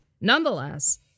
Nonetheless